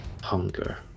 hunger